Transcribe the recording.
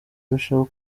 irushaho